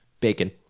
bacon